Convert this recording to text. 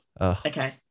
Okay